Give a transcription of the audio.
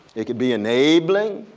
it can be enabling.